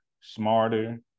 smarter